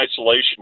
Isolation